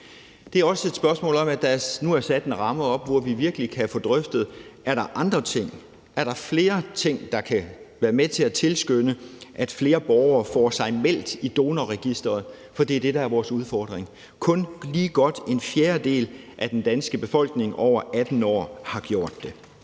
Det er også et spørgsmål om, at der nu er sat en ramme op, hvor vi virkelig kan få drøftet, om der er andre ting, flere ting, der kan være med til at tilskynde flere borgere til at få sig meldt til Donorregistret, for det er det, der er vores udfordring. Kun lige godt en fjerdedel af den danske befolkning over 18 år har gjort det.